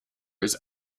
his